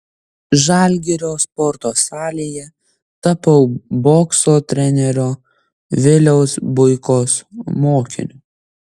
žalgirio sporto salėje tapau bokso trenerio viliaus buikos mokiniu